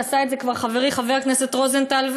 ועשה את זה כבר חברי חבר הכנסת רוזנטל,